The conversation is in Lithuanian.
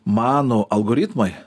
mano algoritmai